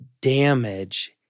damage